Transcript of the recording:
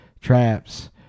traps